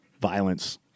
violence